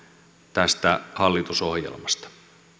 tästä hallitusohjelmasta